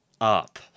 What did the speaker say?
up